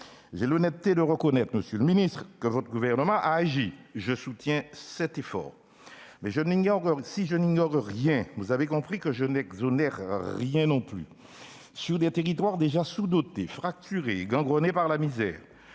j'ai l'honnêteté de reconnaître, monsieur le ministre, que le Gouvernement a agi. Je soutiens cet effort, mais si je n'ignore rien, vous l'aurez compris, je ne vous exonère de rien non plus. Sur des territoires déjà sous-dotés, fracturés et gangrenés par la misère,